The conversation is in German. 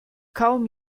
kaum